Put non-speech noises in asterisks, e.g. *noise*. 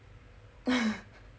*laughs*